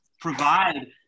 provide